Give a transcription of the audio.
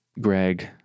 Greg